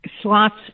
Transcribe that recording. slots